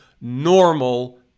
normal